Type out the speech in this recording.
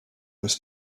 was